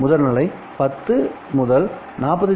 5 10 Gbps முதல்நிலை10 40 G